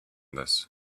this